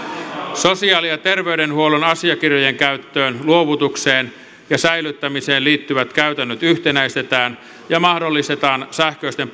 sosiaali ja terveydenhuollon asiakirjojen käyttöön luovutukseen ja säilyttämiseen liittyvät käytännöt yhtenäistetään ja mahdollistetaan sähköisten